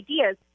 ideas